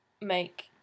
make